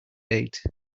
eight